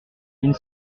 une